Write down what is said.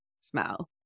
smell